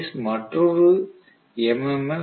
C phase மற்றொரு M